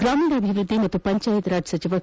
ಗ್ರಾಮೀಣಾಭಿವೃದ್ದಿ ಮತ್ತು ಪಂಚಾಯತ್ ರಾಜ್ ಸಚಿವ ಕೆ